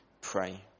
pray